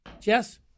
Jess